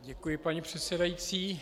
Děkuji, paní předsedající.